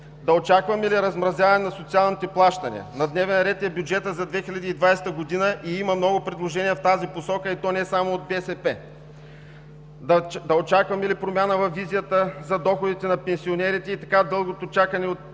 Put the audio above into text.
да очакваме ли размразяване на социалните плащания? На дневен ред е бюджетът за 2020 г. и има много предложения в тази посока, и то не само от БСП. Да очакваме ли промяна във визията за доходите на пенсионерите и така дълго чаканото